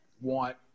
want